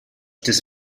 this